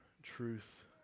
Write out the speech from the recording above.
truth